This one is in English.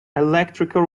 electrical